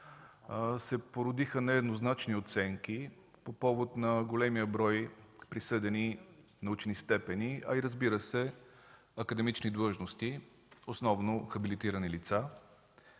се породиха нееднозначни оценки по повод на големия брой присъдени научни степени, а разбира се – и академични длъжности, основно хабилитирани лица.